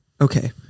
Okay